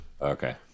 Okay